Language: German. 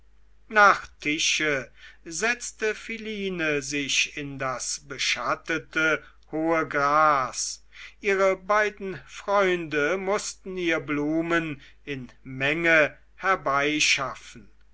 nach tische setzte philine sich in das beschattete hohe gras ihre beiden freunde mußten ihr blumen in menge herbeischaffen